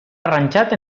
arranjat